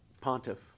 Pontiff